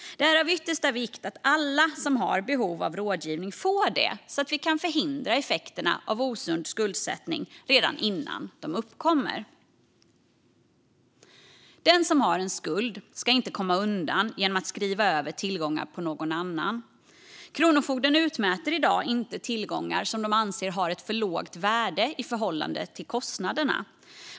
Det är av yttersta vikt att alla som har behov av rådgivning får det så att vi kan förhindra effekterna av osund skuldsättning redan innan de uppkommer. Den som har en skuld ska inte kunna komma undan genom att skriva över tillgångar på någon annan. Kronofogden utmäter i dag inte tillgångar som de anser har ett för lågt värde i förhållande till kostnaderna.